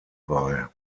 bei